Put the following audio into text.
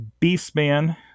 Beastman